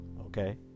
Okay